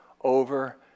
over